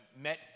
met